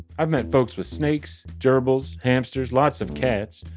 i've met folks with snakes, gerbils, hamsters, lots of cats,